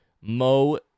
Mo